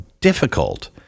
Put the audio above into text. difficult